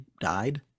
died